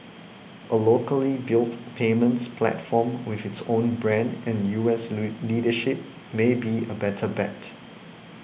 a locally built payments platform with its own brand and U S leadership may be a better bet